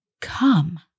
Come